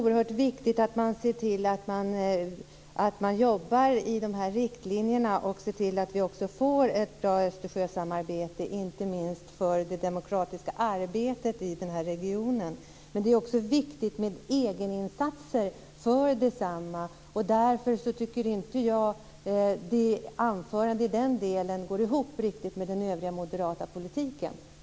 Fru talman! Jag håller med om att det är oerhört viktigt att se till att vi får ett bra Östersjösamarbete, inte minst för den demokratiska utvecklingen i den här regionen. Men det är också viktigt med egeninsatser för detsamma, och jag tycker inte att anförandet i den delen riktigt gick ihop med den övriga moderata politiken.